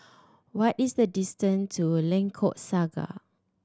what is the distance to a Lengkok Saga